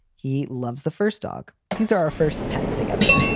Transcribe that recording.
he loves the first dog. these are our first pets together.